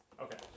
okay